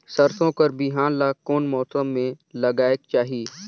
सरसो कर बिहान ला कोन मौसम मे लगायेक चाही?